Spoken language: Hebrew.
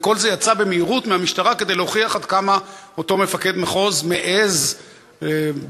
וכל זה יצא במהירות מהמשטרה כדי להוכיח עד כמה אותו מפקד מחוז מעז בקרב,